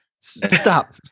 stop